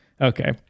okay